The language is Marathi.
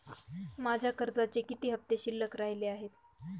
माझ्या कर्जाचे किती हफ्ते शिल्लक राहिले आहेत?